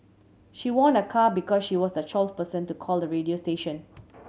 she won a car because she was the twelfth person to call the radio station